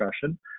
discussion